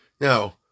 now